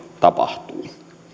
tapahtuu